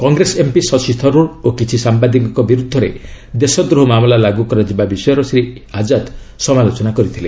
Congress MP Shashi Tharoor ଓ କିଛି ସାମ୍ବାଦିକଙ୍କ ବିରୁଦ୍ଧରେ ଦେଶଦ୍ରୋହ ମାମଲା ଲାଗୁ କରାଯିବା ବିଷୟର ଶ୍ରୀ ଆଜ୍ଞାଦ ସମାଲୋଚନା କରିଥିଲେ